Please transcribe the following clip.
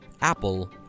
apple